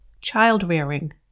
Child-rearing